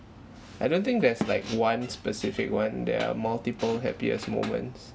I don't think there's like one specific one there are multiple happiest moments